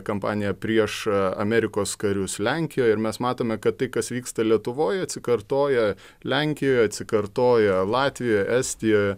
kampanija prieš amerikos karius lenkijoj ir mes matome kad tai kas vyksta lietuvoj atsikartoja lenkijoj atsikartoja latvijoje estijoje